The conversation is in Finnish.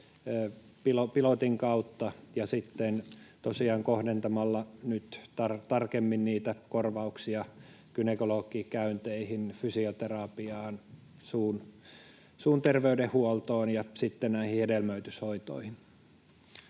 pilotin kautta ja sitten kohdentamalla tarkemmin niitä korvauksia gynekologikäynteihin, fysioterapiaan, suun terveydenhuoltoon ja näihin hedelmöityshoitoihin.